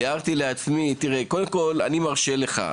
תראה, אני מרשה לך.